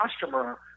customer